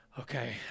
okay